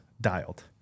dialed